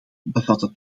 bevatten